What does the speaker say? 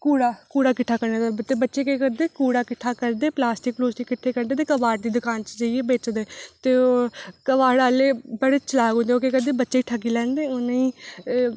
कूड़ा किट्ठा करने दा बच्चे केह् करदे कूड़ा किट्ठा करदे पलास्टिक बगैरा किट्ठी करदे ते कवाड़ दी दकान च जेइयै बेचदे ते ओह् कवाड़ आहले बड़े चलाक होंदे ओह् केह् करदे बच्चे ठग्गी लैंदे उनेंगी